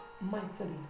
mightily